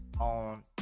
on